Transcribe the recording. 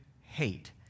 hate